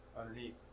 underneath